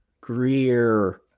Greer